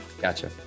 gotcha